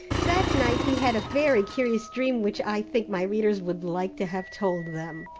that night he had a very curious dream which i think my readers would like to have told them.